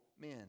men